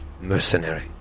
mercenary